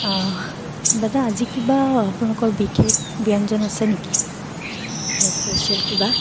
দাদা আজি কিবা আপোনালোকৰ বিশেষ ব্যঞ্জন আছে নেকি নে স্পেচিয়েল কিবা